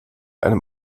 einem